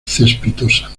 cespitosa